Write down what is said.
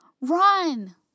Run